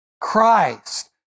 Christ